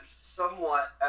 somewhat